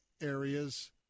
areas